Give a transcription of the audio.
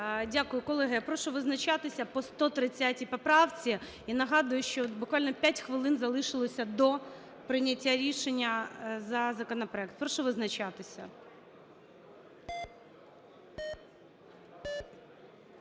Дякую. Колеги, прошу визначатися по 130 поправці. І нагадую, що буквально 5 хвилин залишилося до прийняття рішення за законопроект. Прошу визначатися.